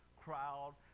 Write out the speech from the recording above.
crowd